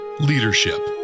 Leadership